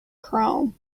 chrome